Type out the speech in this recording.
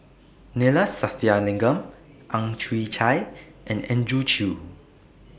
Neila Sathyalingam Ang Chwee Chai and Andrew Chew